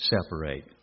separate